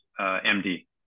MD